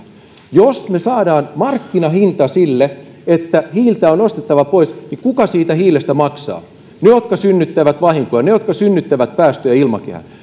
jos me saamme markkinahinnan sille että hiiltä on ostettava pois niin kuka siitä hiilestä maksaa ne jotka synnyttävät vahinkoa ne jotka synnyttävät päästöjä ilmakehään